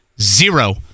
zero